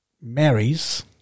marries